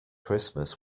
christmas